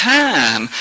time